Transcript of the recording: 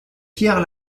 pierre